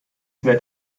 währt